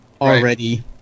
Already